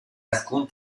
alcun